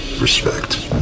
Respect